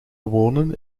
wonen